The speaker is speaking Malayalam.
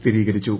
സ്ഥിരീകരിച്ചു